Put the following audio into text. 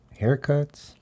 haircuts